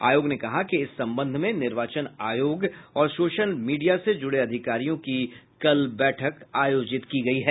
आयोग ने कहा कि इस संबंध में निर्वाचन आयोग और सोशल मीडिया से जुड़े अधिकारियों की कल बैठक आयोजित की गयी है